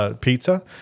pizza